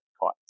caught